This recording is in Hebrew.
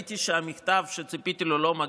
ראיתי שהמכתב שציפיתי לו לא מגיע.